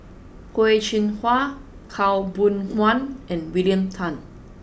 Peh Chin Hua Khaw Boon Wan and William Tan